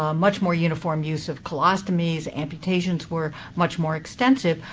ah much more uniform use of colostomies. amputations were much more extensive.